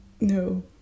no